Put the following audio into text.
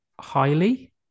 highly